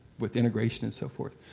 with integration and so forth.